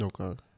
Okay